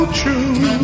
true